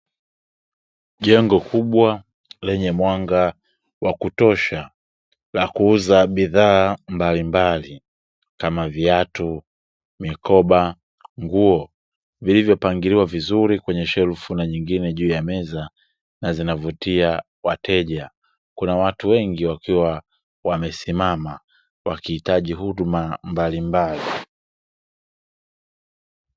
Jengo kubwa lenye mwanga wa kutosha na kuuza bidhaa mbalimbali kama viatu mikoba nguo vilivyopangiliwa vizuri kwenye shelf na nyingine juu ya meza na zinavutia wateja kuna watu wengi wakiwa wamesimama wakihitaji huduma mbalimbali